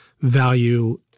value